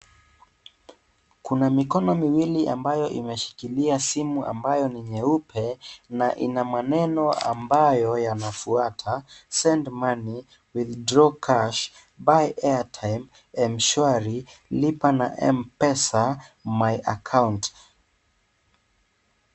Kuna mikono miwili ambayo imeshikilia simu ambayo ni nyeupe na ina maneno ambayo yanafwata: send money, withdraw cash, buy airtime , Mshwari, lipa na Mpesa, my account .